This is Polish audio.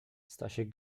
stasiek